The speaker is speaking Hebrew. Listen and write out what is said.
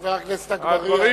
הדברים